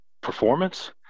performance